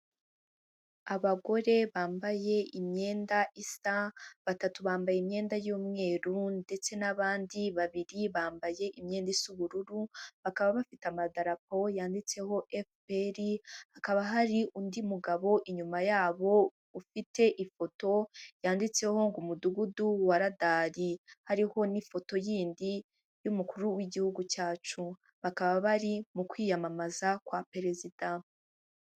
Abagore bambaye imyenda isa, batatu bambaye imyenda y'umweru, ndetse n'abandi babiri bambaye imyenda isa ubururu, bakaba bafite amadarapo yanditseho FPR, hakaba hari undi mugabo inyuma yabo ufite ifoto yanditseho ngo umudugudu wa radari, hariho n'ifoto yindi y'umukuru w'igihugu cyacu, bakaba bari mu kwiyamamaza kwa perezida.